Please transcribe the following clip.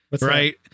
right